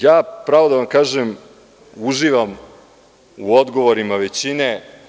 Ja, pravo da vam kažem, uživam u odgovorima većine.